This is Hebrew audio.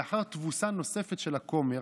לאחר תבוסה נוספת של הכומר,